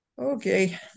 okay